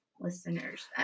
listeners